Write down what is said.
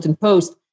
Post